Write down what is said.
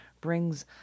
brings